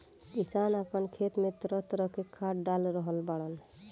किसान आपना खेत में तरह तरह के खाद डाल रहल बाड़न